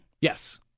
Yes